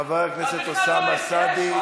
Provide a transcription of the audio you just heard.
חבר הכנסת אוסאמה סעדי.